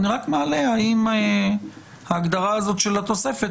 אני רק שואל האם ההגדרה הזאת של התוספת